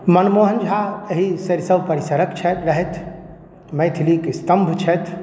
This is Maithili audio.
मनमोहन झा एही सरिसव परिसरक छथि रहथि मैथिलीक स्तम्भ छथि